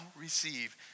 receive